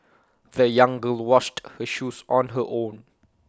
the young girl washed her shoes on her own